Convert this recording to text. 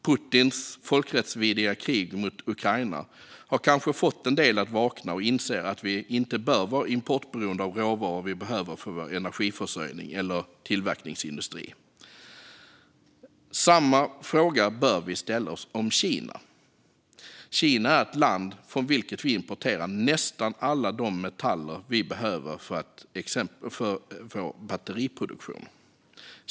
Putins folkrättsvidriga krig mot Ukraina har kanske fått en del att vakna och inse att vi inte bör vara beroende av import av råvaror vi behöver för vår energiförsörjning eller tillverkningsindustri. Samma fråga bör vi ställa oss när det gäller Kina. Kina är ett land från vilket vi importerar nästan alla de metaller vi behöver för till exempel vår batteriproduktion.